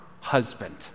husband